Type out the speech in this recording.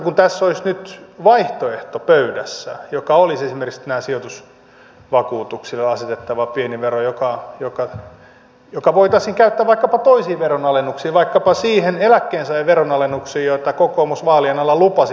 tässä olisi nyt pöydässä vaihtoehto jollainen olisi esimerkiksi näille sijoitusvakuutuksille asetettava pieni vero joka voitaisiin käyttää vaikkapa toisiin veronalennuksiin vaikkapa siihen eläkkeensaajien veronalennukseen jonka kokoomus vaalien alla lupasi mutta jota ei toteuttanut